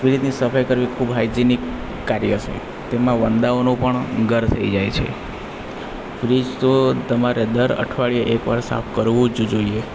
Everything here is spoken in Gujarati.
ફ્રિજની સફાઇ કરવી ખૂબ હાઇજેનિક કાર્ય છે તેમાં વંદાઓનો પણ ઘર થઈ જાય છે ફ્રિજ તો તમારે દર અઠવાડીએ એકવાર સાફ કરવું જ જોઈએ